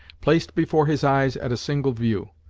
placed before his eyes at a single view.